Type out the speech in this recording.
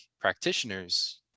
practitioners